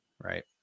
right